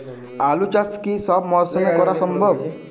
আলু চাষ কি সব মরশুমে করা সম্ভব?